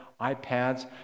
iPads